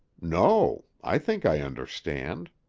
no. i think i understand.